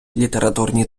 літературні